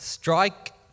Strike